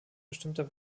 bestimmter